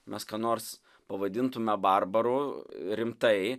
mes ką nors pavadintume barbaru rimtai